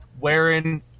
wearing